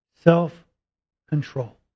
Self-control